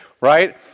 right